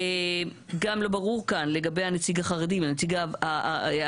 גם לא ברור כאן לגבי הנציג החרדי והנציג הערבי,